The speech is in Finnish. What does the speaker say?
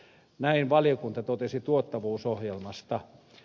näin valiokunta totesi tuottavuusohjelmasta